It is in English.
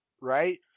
right